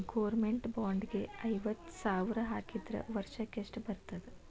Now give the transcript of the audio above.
Government bond ಗೆ ಐವತ್ತ ಸಾವ್ರ್ ಹಾಕಿದ್ರ ವರ್ಷಕ್ಕೆಷ್ಟ್ ಬರ್ತದ?